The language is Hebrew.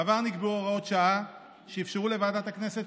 בעבר נקבעו הוראות שעה שאפשרו לוועדת הכנסת